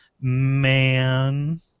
Man